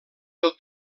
del